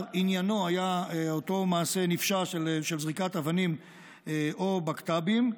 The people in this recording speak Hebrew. עניינו היה אותו מעשה נפשע של זריקת אבנים או בקת"בים,